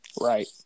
Right